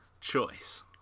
choice